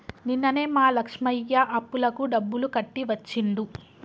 నిన్ననే మా లక్ష్మయ్య అప్పులకు డబ్బులు కట్టి వచ్చిండు